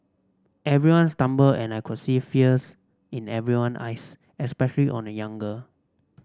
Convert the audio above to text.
everyone stumbled and I could see fears in everyone eyes especially on a young girl